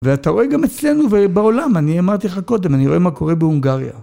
ואתה רואה גם אצלנו ובעולם, אני אמרתי לך קודם, אני רואה מה קורה בונגריה.